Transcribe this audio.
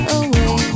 away